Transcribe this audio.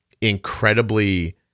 incredibly